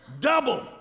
Double